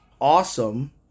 awesome